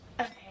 Okay